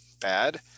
bad